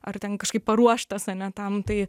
ar ten kažkaip paruoštas ane tam tai